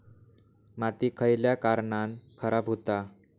माती खयल्या कारणान खराब हुता?